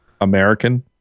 american